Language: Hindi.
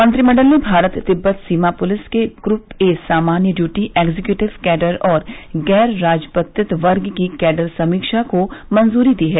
मंत्रिमंडल ने भारत तिब्बत सीमा पुलिस के ग्रूप ए सामान्य ड्यूटी एक्जिक्यूटिव कैडर और गैर राजपत्रित वर्ग की कैडर समीक्षा को मंजूरी दी है